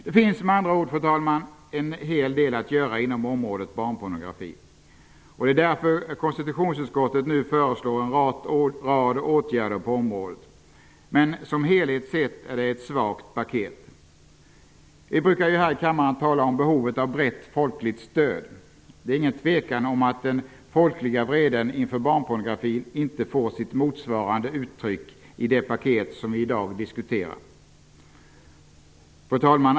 Det finns med andra ord, fru talman, en hel del att göra. Det är därför konstitutionsutskottet nu föreslår en rad åtgärder på det här området, men sett som helhet är det ett svagt paket. Vi brukar ju här i kammaren tala om behovet av brett folkligt stöd. Det är ingen tvekan om att den folkliga vreden inför barnpornografi inte får sitt motsvarande uttryck i det paket som vi i dag diskuterar.